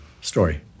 Story